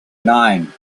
nine